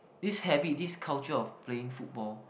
this habit this culture of playing football